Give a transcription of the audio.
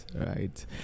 right